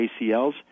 ACLs